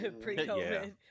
Pre-COVID